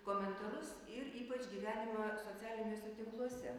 komentarus ir ypač gyvenimą socialiniuose tinkluose